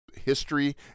history